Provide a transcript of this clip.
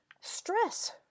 Stress